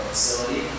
facility